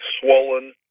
swollen